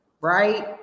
right